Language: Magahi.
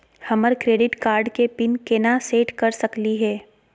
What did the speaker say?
हमर क्रेडिट कार्ड के पीन केना सेट कर सकली हे?